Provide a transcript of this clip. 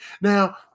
Now